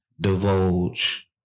divulge